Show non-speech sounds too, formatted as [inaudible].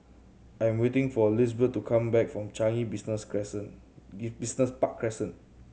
I am waiting for Lizbeth to come back from Changi Business Crescent [unintelligible] Business Park Crescent